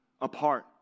apart